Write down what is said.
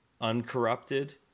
uncorrupted